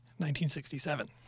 1967